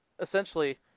essentially